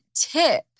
tip